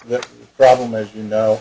the problem as you know